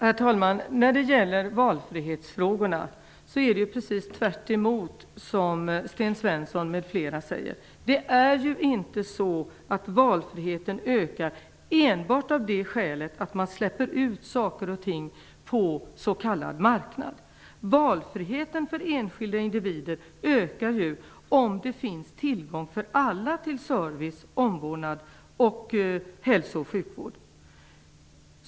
Herr talman! När det gäller valfriheten är det precis tvärtemot vad Sten Svensson m.fl. säger. Valfriheten ökar inte enbart av det skälet att man släpper ut saker och ting på s.k. marknad. Valfriheten för enskilda individer ökar ju om det finns tillgång för alla till service, omvårdnad, hälso och sjukvård.